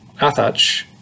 Athach